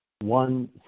one